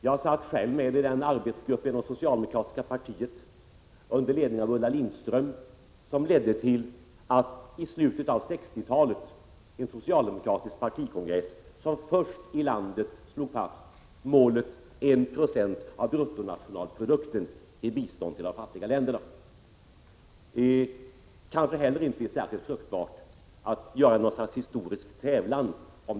Jag satt själv med i den arbetsgrupp inom socialdemokratiska partiet, under ledning av Ulla Lindström, vars arbete ledde till att en socialdemokratisk partikongress i slutet av 1960-talet blev först i landet med att fastslå målet 1 96 av bruttonationalprodukten i bistånd till de fattiga länderna. Det är inte särskilt fruktbart att göra detta till något slags historisk tävlan.